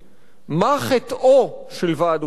מה חטאו של ועד עובדי הרכבת?